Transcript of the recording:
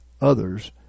others